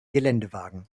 geländewagen